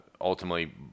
ultimately